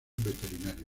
veterinario